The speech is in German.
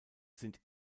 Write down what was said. sind